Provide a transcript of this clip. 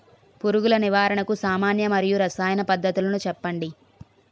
పురుగుల నివారణకు సామాన్య మరియు రసాయన పద్దతులను చెప్పండి?